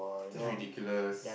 that's ridiculous